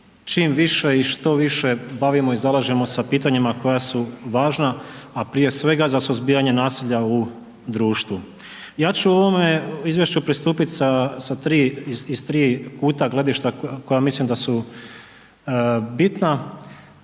čim više i što više bavimo i zalažemo sa pitanjima koja su važna, a prije svega za suzbijanje nasilja u društvu. Ja ću ovom izvješću pristupit sa tri, iz tri kuta gledišta koja mislim da su bitna